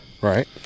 Right